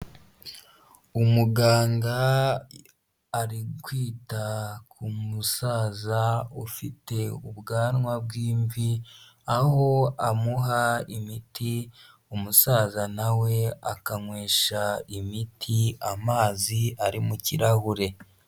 Umuganga ari kwita ku musaza, ufite ubwanwa bw'imvi, aho amuha imiti, umusaza na we akanywesha imiti amazi ari mu kirahure.